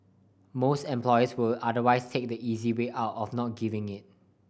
most employers will otherwise take the easy way out of not giving it